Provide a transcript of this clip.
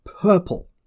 purple